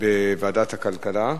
בוועדת הכלכלה.